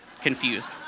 confused